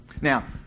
Now